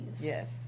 Yes